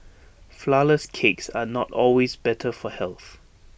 Flourless Cakes are not always better for health